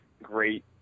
great